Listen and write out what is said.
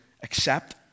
accept